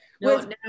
no